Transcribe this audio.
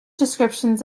descriptions